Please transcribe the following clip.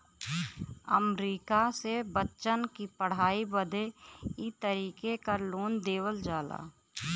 अमरीका मे बच्चन की पढ़ाई बदे ई तरीके क लोन देवल जाला